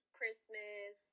Christmas